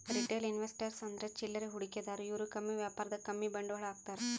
retail investors ಅಂದ್ರ ಚಿಲ್ಲರೆ ಹೂಡಿಕೆದಾರು ಇವ್ರು ಕಮ್ಮಿ ವ್ಯಾಪಾರದಾಗ್ ಕಮ್ಮಿ ಬಂಡವಾಳ್ ಹಾಕ್ತಾರ್